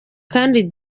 kandi